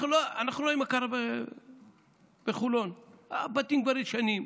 אנחנו רואים מה קרה בחולון: הבתים כבר ישנים.